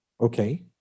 okay